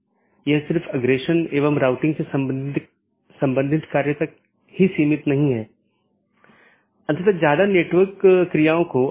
इसलिए जब एक बार BGP राउटर को यह अपडेट मिल जाता है तो यह मूल रूप से सहकर्मी पर भेजने से पहले पथ विशेषताओं को अपडेट करता है